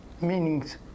meanings